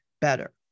better